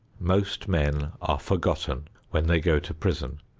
most men are forgotten when they go to prison,